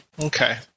Okay